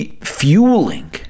fueling